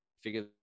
figure